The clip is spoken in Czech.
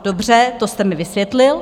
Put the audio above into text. Dobře, to jste mi vysvětlil.